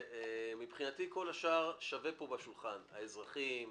מבחינתי כל השאר שווה פה סביב לשולחן האזרחים,